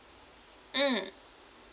mm